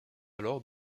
alors